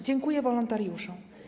Dziękuję wolontariuszom.